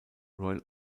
royal